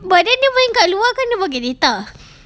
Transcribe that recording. but then dia main kat keluar dia pakai data